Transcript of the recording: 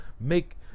make